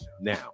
Now